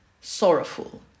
sorrowful